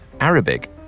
Arabic